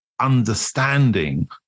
understanding